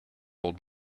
old